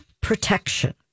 protection